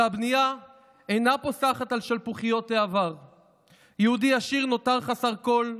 והבנייה אינה פוסחת על שלפוחיות העבר; יהודי עשיר נותר חסר כול,